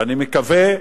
ואני מקווה,